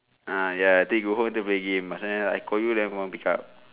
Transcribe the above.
ah ya think you go home go play game but I call you never want pick up